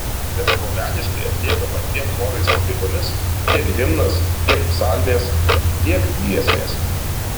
bendruomeniškai atliekama dviem chorais pakaitomis tiek himnas tiek psalmės tiek giesmės